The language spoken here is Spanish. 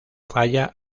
falla